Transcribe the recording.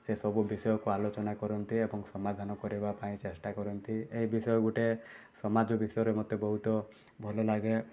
ସେସବୁ ବିଷୟକୁ ଆଲୋଚନା କରନ୍ତି ଏବଂ ସମାଧାନ ପାଇଁ ଚେଷ୍ଟା କରନ୍ତି ଏ ବିଷୟ ଗୋଟେ ସମାଜ ବିଷୟରେ ମୋତେ ବହୁତ ଭଲ ଲାଗେ